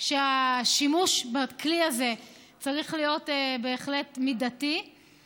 שהשימוש בכלי הזה צריך להיות מידתי, בהחלט.